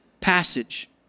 passage